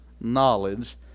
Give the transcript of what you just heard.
knowledge